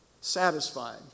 satisfied